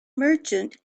merchant